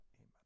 Amen